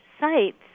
sites